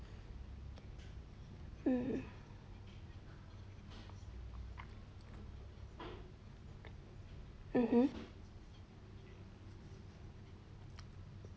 mm mmhmm mm